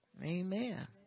Amen